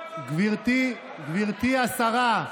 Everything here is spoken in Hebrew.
גברתי השרה,